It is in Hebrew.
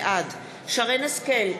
בעד שרן השכל,